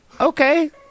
okay